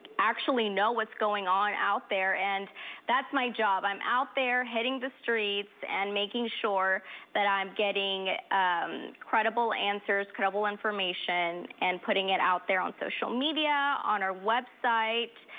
actually know what's going on out there and that's my job, i'm out there hitting the streets and making sure that i'm getting um credible answer, credible information and putting it out there on social media, on our website,